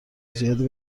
زیادی